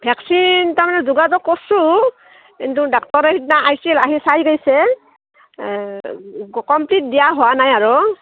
vaccine তাৰমানে যোগাযোগ কৰছোঁ কিন্তু ডাক্টৰে সিদিনা আইছিল আহি চাই গৈছে কমপ্লিট দিয়া হোৱা নাই আৰু